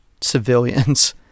civilians